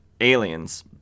aliens